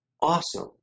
awesome